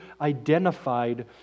identified